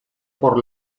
por